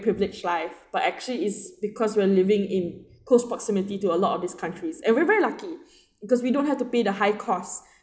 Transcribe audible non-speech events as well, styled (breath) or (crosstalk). privilege life but actually is because we're living in close proximity to a lot of these countries and we're very lucky (breath) because we don't have to pay the high costs